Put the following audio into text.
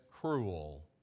cruel